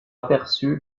aperçu